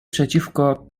przeciwko